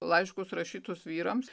laiškus rašytus vyrams